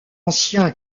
ancien